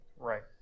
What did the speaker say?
Right